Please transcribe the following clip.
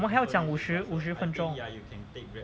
我还要讲五十五十分钟